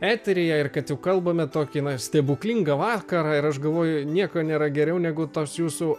eteryje ir kad jau kalbame tokį stebuklingą vakarą ir aš galvoju nieko nėra geriau negu tos jūsų